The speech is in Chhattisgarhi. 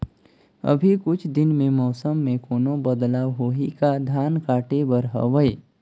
अभी कुछ दिन मे मौसम मे कोनो बदलाव होही का? धान काटे बर हवय?